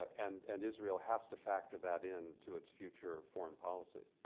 and and israel has to factor that into its future foreign policy.